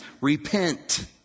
Repent